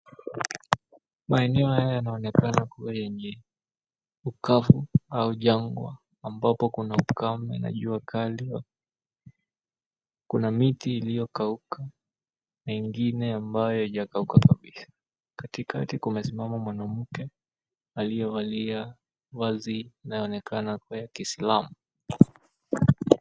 Maeneo haya yanaonekana kuwa yenye ukavu au jangwa, ambapo kuna ukame na jua kali. Kuna miti iliyokauka na ingine ambayo haijakauka kabisa. Katikati kumesimama mwanamke aliyevalia vazi inayoonekana kuwa ya kiislamu.